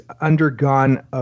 undergone